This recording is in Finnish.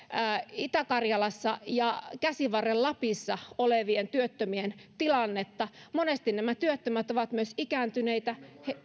itä karjalassa ja käsivarren lapissa olevien työttömien tilannetta monesti nämä työttömät ovat myös ikääntyneitä